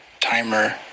timer